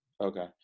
okay